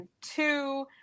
two